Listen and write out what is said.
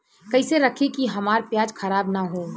कइसे रखी कि हमार प्याज खराब न हो?